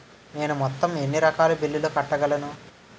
నేను మొత్తం ఎన్ని రకాల బిల్లులు కట్టగలను?